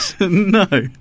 No